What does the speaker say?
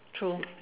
true